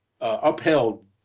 upheld